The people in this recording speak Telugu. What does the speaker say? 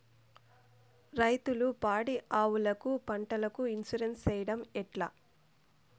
రైతులు పాడి ఆవులకు, పంటలకు, ఇన్సూరెన్సు సేయడం ఎట్లా?